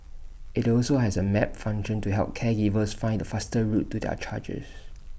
IT also has A map function to help caregivers find the fastest route to their charges